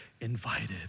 invited